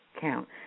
count